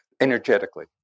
energetically